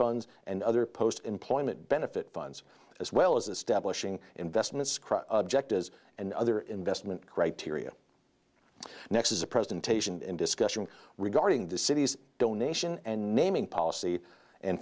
funds and other post employment benefit funds as well as establishing investments object as and other investment criteria next is a presentation in discussion regarding the city's donation and naming policy and